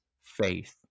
faith